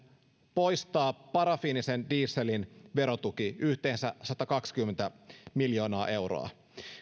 poistaa parafiinisen dieselin verotuki yhteensä satakaksikymmentä miljoonaa euroa